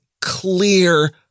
clear